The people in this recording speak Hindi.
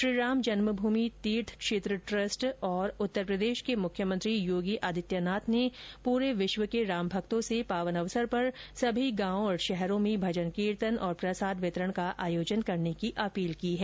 श्रीराम जन्मभूमि तीर्थ क्षेत्र ट्रस्ट और उत्तर प्रदेश के मुख्यमंत्री योगी आदित्य नाथ ने पूरे विश्व के रामभक्तों से पावन अवसर पर सभी गांव और शहरों में भजन कीतर्न और प्रसाद वितरण का आयोजन करने की अपील की है